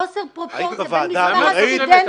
חוסר פרופורציה בין מספר הסטודנטים לבין --- היית בוועדה?